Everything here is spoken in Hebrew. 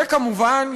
וכמובן,